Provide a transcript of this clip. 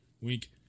wink